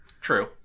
True